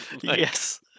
yes